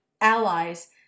allies